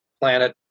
Planet